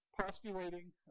Postulating